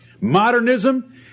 modernism